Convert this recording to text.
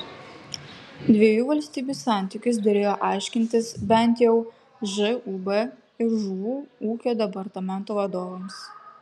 dviejų valstybių santykius derėjo aiškintis bent jau žūb ir žuvų ūkio departamento vadovams